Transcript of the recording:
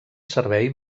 servei